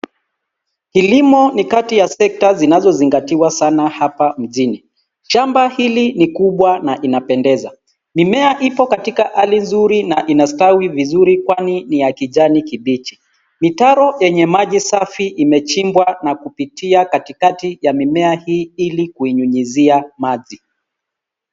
Kilimo ni kati ya sekta zinazozingatiwa sana hapa mjini. Shamba hili ni kubwa na inapendeza. Mimea ipo katika hali nzuri na inastawi vizuri kwani ni ya kijani kibichi. Mitaro yenye maji safi imechimbwa na kupitia katikati ya mimea hii ili kuinyunyuzia maji.